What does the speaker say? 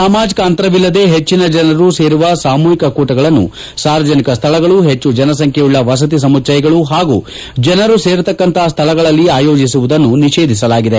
ಸಾಮಾಜಿಕ ಅಂತರವಿಲ್ಲದೇ ಹೆಚ್ಚಿನ ಜನರು ಸೇರುವ ಸಾಮೂಹಿಕ ಕೂಟಗಳನ್ನು ಸಾರ್ವಜನಿಕ ಸ್ಥಳಗಳು ಹೆಚ್ಚು ಜನಸಂಖ್ಯೆಯುಳ್ಳ ವಸತಿ ಸಮುಜ್ಜಯಗಳು ಹಾಗೂ ಜನರು ಸೇರತಕ್ಕಂತಹ ಸ್ಥಳಗಳಲ್ಲಿ ಆಯೋಜಿಸುವುದನ್ನು ನಿಷೇಧಿಸಿದೆ